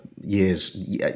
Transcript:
Years